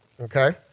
okay